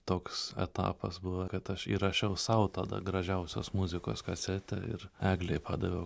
toks etapas buvo kad aš įrašiau sau tada gražiausios muzikos kasetę ir eglei padaviau